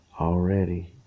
already